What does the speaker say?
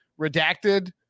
Redacted